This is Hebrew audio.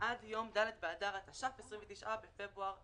עד יום ד' באדר התש"ף (29 בפברואר 2020),